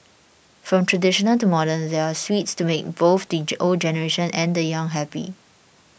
from traditional to modern there are sweets to make both the old generation and the young happy